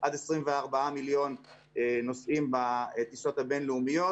עד 24 מיליון נוסעים בטיסות הבין-לאומיות.